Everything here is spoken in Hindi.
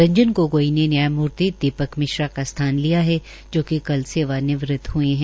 रंजन गोगोई ने न्यायमुर्ति दीपक मिश्रा का स्थान लिया है जो कि कल सेवा निवृत हए है